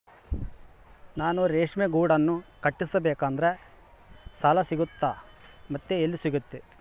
ನಾನು ರೇಷ್ಮೆ ಗೂಡನ್ನು ಕಟ್ಟಿಸ್ಬೇಕಂದ್ರೆ ಸಾಲ ಸಿಗುತ್ತಾ ಮತ್ತೆ ಎಲ್ಲಿ ಸಿಗುತ್ತೆ?